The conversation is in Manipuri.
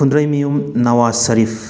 ꯐꯨꯟꯗ꯭ꯔꯩꯃꯌꯨꯝ ꯅꯋꯥꯁ ꯁꯔꯤꯐ